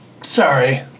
sorry